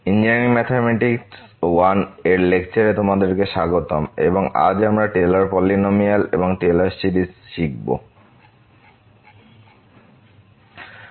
engineering mathematics I এর লেকচারে তোমাদের সবাইকে স্বাগতম এবং আজ আমরা টেলর পলিনমিয়াল এবং Taylor series Taylor's Polynomial and Taylor Series শিখব